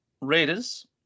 Raiders